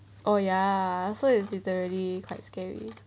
oh ya so is literally quite scary